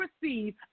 receive